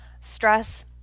Stress